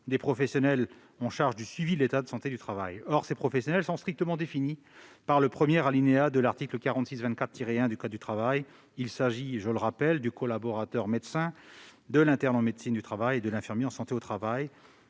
des professionnels chargés du suivi de l'état de santé du travail ; or ces professionnels sont strictement définis par le premier alinéa de l'article L. 4624-1 du code du travail : il s'agit du collaborateur médecin, de l'interne en médecine du travail et de l'infirmier de santé au travail.